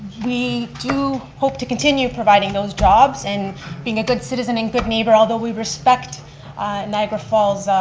we do hope to continue providing those jobs, and being a good citizen and good neighbor, although we respect niagara falls,